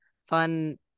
Fun